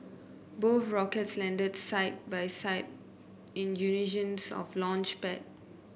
both rockets landed side by side in unison on launchpad